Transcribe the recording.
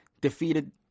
defeated